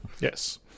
Yes